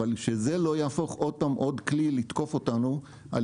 אבל שזה לא יהפוך עוד פעם עוד כלי לתקוף אותנו על